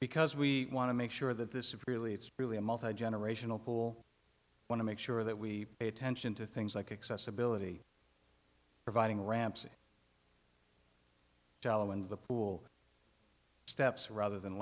because we want to make sure that this is really it's really a multigenerational pool want to make sure that we pay attention to things like accessibility providing ramps jallow and the pool steps rather than